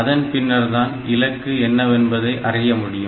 அதன்பின்னர்தான் இலக்கு என்னவென்பதை அறிய முடியும்